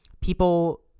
people